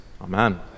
amen